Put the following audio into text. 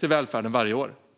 till välfärden varje år.